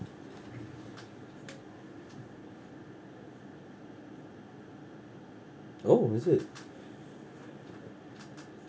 oh is it